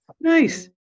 Nice